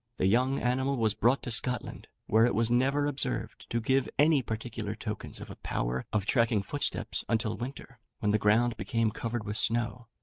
the young animal was brought to scotland, where it was never observed to give any particular tokens of a power of tracking footsteps until winter, when the ground became covered with snow.